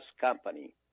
Company